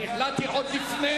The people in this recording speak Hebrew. אני החלטתי עוד לפני